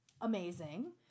amazing